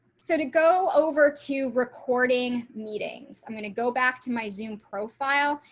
so to go over to recording meetings. i'm going to go back to my zoom profile.